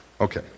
Okay